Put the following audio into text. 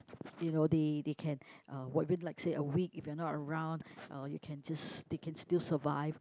you know they they can uh like say a week if you are not around uh you can just they can still survive